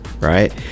right